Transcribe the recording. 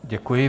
Děkuji.